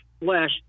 flesh